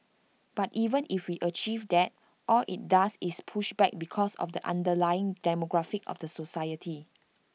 but even if we achieve that all IT does is push back because of the underlying demographic of the society